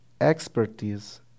expertise